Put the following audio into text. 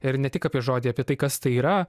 ir ne tik apie žodį apie tai kas tai yra